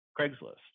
Craigslist